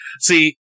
See